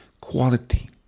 quality